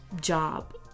job